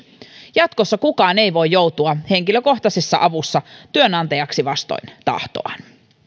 jatkossa kukaan ei voi joutua henkilökohtaisessa avussa työnantajaksi vastoin tahtoaan